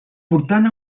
portant